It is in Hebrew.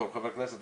בתור חבר כנסת,